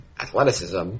athleticism